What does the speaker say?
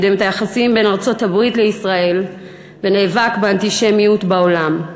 קידם את היחסים בין ארצות-הברית לישראל ונאבק באנטישמיות בעולם.